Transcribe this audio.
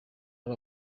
ari